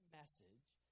message